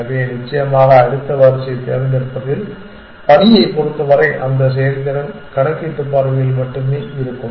எனவே நிச்சயமாக அடுத்த வாரிசைத் தேர்ந்தெடுப்பதில் பணியைப் பொருத்தவரை அந்த செயல்திறன் கணக்கீட்டு பார்வையில் மட்டுமே இருக்கும்